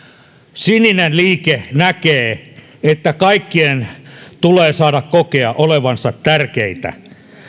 sininen liike näkee että kaikkien tulee saada kokea olevansa tärkeitä